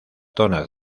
zonas